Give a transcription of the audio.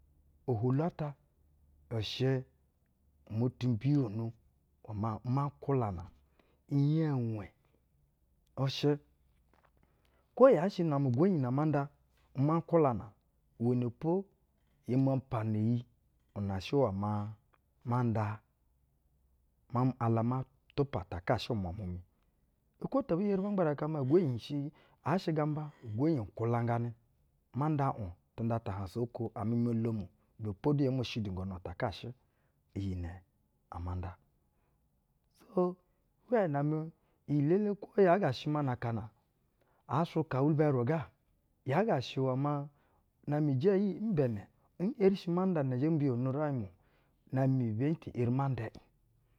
Iwɛ maa ohwolu ata ushɛ mo ti mbiyono iwɛ maa, imankwulana a. iyɛŋ wɛ ushɛ kwo yaa shɛ na-amɛ ugwonyi na-ama nda, imankwulana iwɛnɛ po yɛ ma mpana iyi inɛ shɛ iwɛ maa ma nda ma ala ma tupa utaka shɛ umwamwa mu. Okwo te-ebi eri ba ngbaraka maa ugwonyi bi shinji, ɛɛ hieŋ gamba ma nda uŋ tɛnda ta ahaŋsa oko amɛ mo lomo ibɛ po du yo mo shidigono utakashɛ iyi nɛ ama nda. Nu gana ata, hwɛɛ na amɛ iyi-elele kwo yaa ga shɛ maa na akana aa suka uwilbayiro ga yaa ga shɛ iwɛ maa, na-amɛ ijɛ imbɛnɛ n’yeri ma nda iyi nɛ zha mbiyono uraiŋ mu o, na-amɛ ibɛ nte ‘yeri ma nda iŋ.